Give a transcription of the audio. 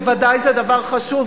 בוודאי זה דבר חשוב,